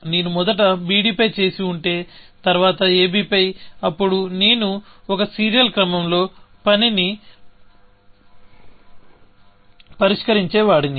నేను మొదట bd పై చేసి ఉంటే తరువాత ab పై అప్పుడు నేను ఒక సీరియల్ క్రమంలో పనిని పరిష్కరించేవాడిని